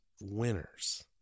winners